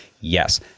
yes